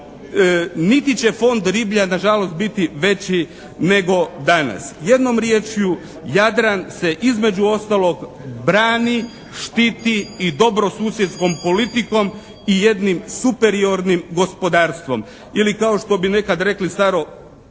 niti Fond riblji, nažalost biti veći nego danas. Jednom riječju, Jadran se između ostalog brani, štiti i dobrosusjedskom politikom i jednim superiornim gospodarstvom.